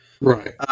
Right